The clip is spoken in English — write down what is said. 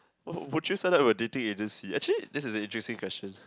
oh just now I was the dating in this sea actually this is the interesting question